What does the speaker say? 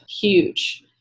huge